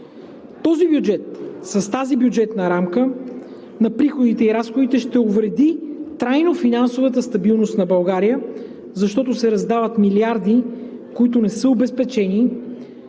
Този бюджет, с тази бюджетна рамка на приходите и разходите, ще увреди трайно финансовата стабилност на България, защото се раздават милиарди, които не са обезпечени